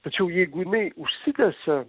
tačiau jeigu jinai užsitęsia